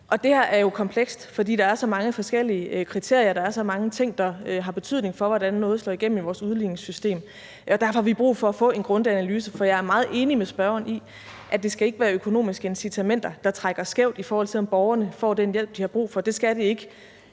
Og det her er jo komplekst, fordi der er så mange forskellige kriterier, og fordi der er så mange ting, der har betydning for, hvordan noget slår igennem i vores udligningssystem. Derfor har vi brug for at få en grundig analyse. For jeg er meget enig med spørgeren i, at det ikke skal være økonomiske incitamenter, der trækker skævt, i forhold til om borgerne får den hjælp, de har brug for. Det skal det ikke